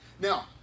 Now